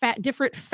different